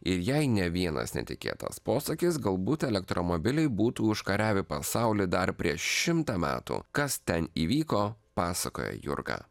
ir jei ne vienas netikėtas posūkis galbūt elektromobiliai būtų užkariavę pasaulį dar prieš šimtą metų kas ten įvyko pasakoja jurga